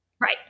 Right